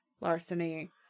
larceny